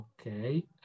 okay